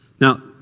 Now